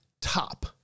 top